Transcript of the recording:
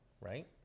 right